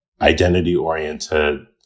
identity-oriented